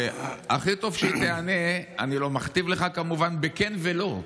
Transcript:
הכי טוב שתיענה, אני לא מכתיב לך, כמובן, בכן ולא.